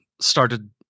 started